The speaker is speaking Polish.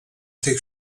tych